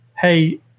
hey